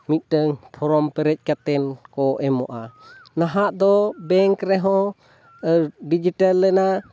ᱢᱤᱫᱴᱟᱝ ᱯᱷᱚᱨᱚᱢ ᱯᱮᱨᱮᱡ ᱠᱟᱛᱮᱫ ᱠᱚ ᱮᱢᱚᱜᱼᱟ ᱱᱟᱦᱟᱜ ᱫᱚ ᱵᱮᱝᱠ ᱨᱮᱦᱚᱸ ᱰᱤᱡᱤᱴᱮᱞ ᱮᱱᱟ